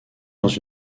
dans